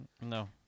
No